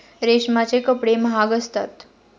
रेशमाचे कपडे महाग असतात